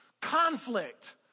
conflict